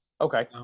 Okay